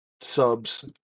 subs